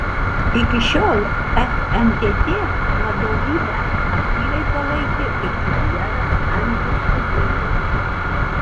iki šiol fntt vadovybę aktyviai palaikė ir premjeras andrius kubilius